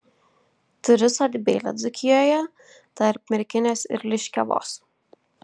turiu sodybėlę dzūkijoje tarp merkinės ir liškiavos